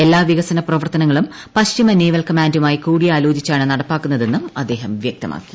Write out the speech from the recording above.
എല്ലാ വികസന പ്രവർത്തനങ്ങളും പശ്ചിമ നേവൽ കമാന്റുമായി കൂടിയാലോചിച്ചാണ് നടപ്പാക്കുന്നതെന്ന് അദ്ദേഹം വ്യക്തമാക്കി